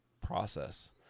process